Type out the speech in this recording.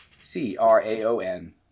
C-R-A-O-N